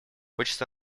хочется